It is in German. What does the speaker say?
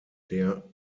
der